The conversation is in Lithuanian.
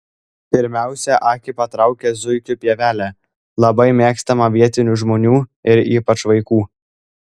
pirmiausia akį patraukia zuikių pievelė labai mėgstama vietinių žmonių ir ypač vaikų